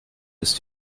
ist